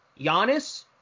Giannis